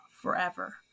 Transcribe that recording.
forever